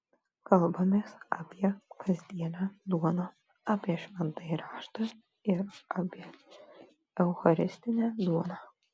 kalbamės apie kasdienę duoną apie šventąjį raštą ir apie eucharistinę duoną